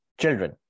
children